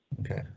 Okay